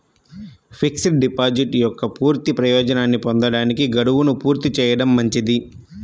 fixed deposit యొక్క పూర్తి ప్రయోజనాన్ని పొందడానికి, గడువును పూర్తి చేయడం మంచిది